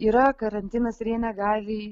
yra karantinas ir jie negali